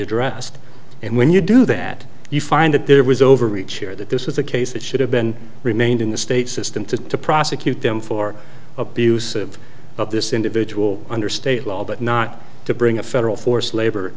addressed and when you do that you find that there was overreach here that this is a case that should have been remained in the state system to to prosecute them for abusive of this individual under state law but not to bring a federal force labor